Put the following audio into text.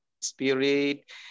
Spirit